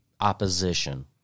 opposition